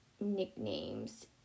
nicknames